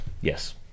Yes